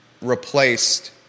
replaced